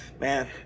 man